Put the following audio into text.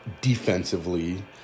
defensively